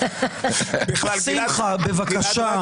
שמחה, בבקשה.